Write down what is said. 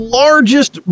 largest